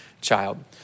child